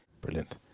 Brilliant